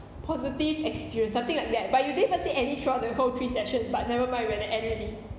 positive experience something like that but you didn't even say any throughout the whole three session but never mind we're going to end already